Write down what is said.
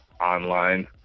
online